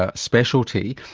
ah specialty,